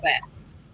best